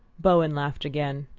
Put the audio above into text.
bowen laughed again.